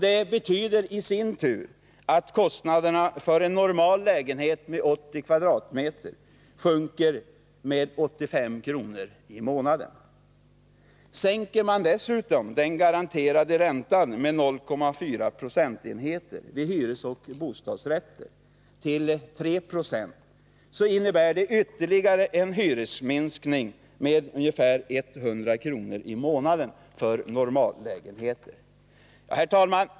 Det betyder i sin tur att kostnaden för en normal lägenhet om 80 m? sjunker med 85 kr. i månaden. Sänker man dessutom den garanterade räntan med 0,4 procentenheter vid hyresoch bostadsrätt till 3,0 20, så innebär det ytterligare hyresminskning med 100 kr. i månaden för normallägenheten.